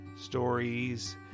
stories